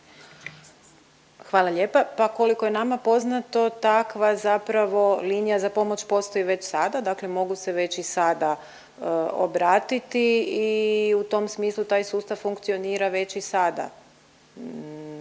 Hvala lijepa. Pa koliko je nama poznato takva zapravo linija za pomoć postoji već sada, dakle mogu se već i sada obratiti i u tom smislu taj sustav funkcionira već i sada.